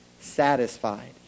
satisfied